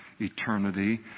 eternity